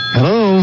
Hello